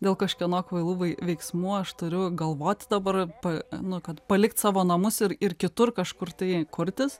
dėl kažkieno kvailų veiksmų aš turiu galvoti dabar pa nu kad palikt savo namus ir ir kitur kažkur tai kurtis